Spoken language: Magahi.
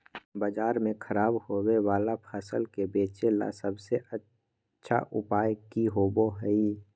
बाजार में खराब होबे वाला फसल के बेचे ला सबसे अच्छा उपाय की होबो हइ?